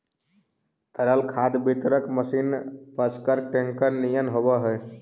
तरल खाद वितरक मशीन पअकसर टेंकर निअन होवऽ हई